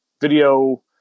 video